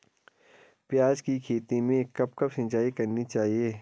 प्याज़ की खेती में कब कब सिंचाई करनी चाहिये?